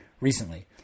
recently